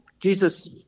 Jesus